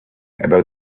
about